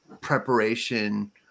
preparation